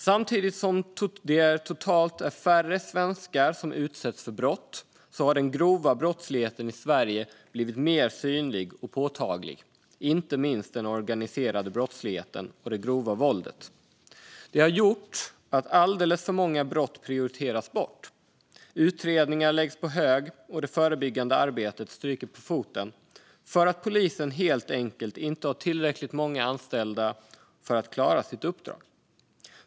Samtidigt som det totalt är färre svenskar som utsätts för brott har den grova brottsligheten i Sverige blivit mer synlig och påtaglig, inte minst den organiserade brottsligheten och det grova våldet. Det har gjort att alldeles för många brott prioriteras bort. Utredningar läggs på hög, och det förebyggande arbetet stryker på foten eftersom polisen helt enkelt inte har tillräckligt många anställda för att klara sitt uppdrag.